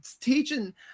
teaching